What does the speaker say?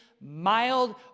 mild